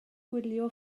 gwylio